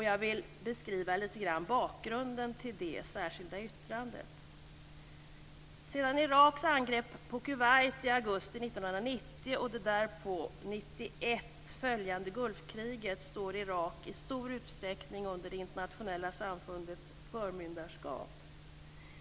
Jag vill lite grann beskriva bakgrunden till det särskilda yttrandet. Sedan Iraks angrepp på Kuwait i augusti 1990 och det därpå, 1991, följande Gulfkriget står Irak i stor utsträckning under det internationella samfundets förmyndarskap.